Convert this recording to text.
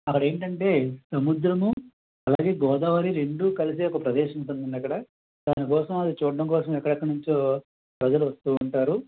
అక్కడేంటంటే సముద్రము అలాగే గోదావరి రెండూ కలిసే ఒక ప్రదేశము ఉంటుందండి అక్కడ దానికోసం అవి చూడడం కోసం ఎక్కడెక్కడ నుంచో ప్రజలు వస్తూ ఉంటారు